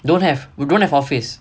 don't have we don't have office